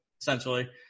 essentially